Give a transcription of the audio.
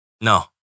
no